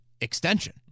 extension